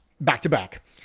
back-to-back